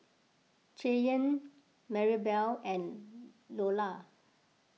Cheyanne Marybelle and Loula